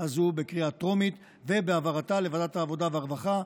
הזאת בקריאה טרומית ובהעברתה לוועדת העבודה והרווחה,